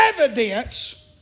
evidence